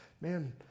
man